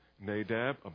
Nadab